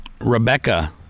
Rebecca